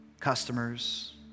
customers